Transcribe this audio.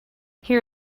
here